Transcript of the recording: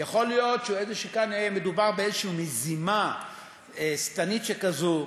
יכול להיות שכאן מדובר באיזושהי מזימה שטנית שכזו,